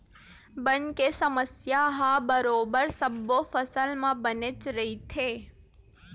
बन के समस्या ह बरोबर सब्बो फसल म बनेच रहिथे